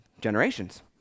generations